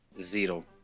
zero